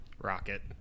Rocket